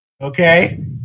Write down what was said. okay